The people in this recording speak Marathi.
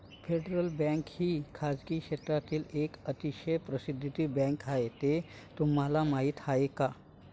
फेडरल बँक ही खासगी क्षेत्रातील एक अतिशय प्रसिद्ध बँक आहे हे तुम्हाला माहीत आहे का?